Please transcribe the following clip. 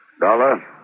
Dollar